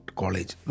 college